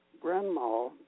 grandma